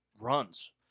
Runs